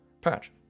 patch